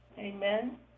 Amen